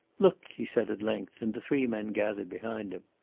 look! he said at length, and the three men gathered behind him.